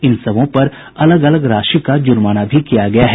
इन सबों पर अलग अलग राशि का जुर्माना भी किया गया है